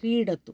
क्रीडतु